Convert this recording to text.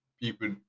people